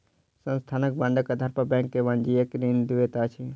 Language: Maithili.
संस्थानक बांडक आधार पर बैंक वाणिज्यक ऋण दैत अछि